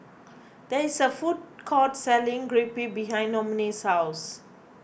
there is a food court selling Crepe behind Noemie's house